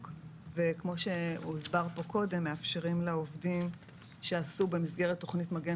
וכמו שהוסבר כאן קודם מאפשרים לעובדים שעשו במסגרת תכנית מגן